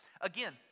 again